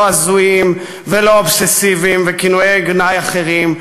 הזויים ולא אובססיביים וכינויי גנאי אחרים,